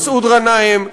מסעוד גנאים,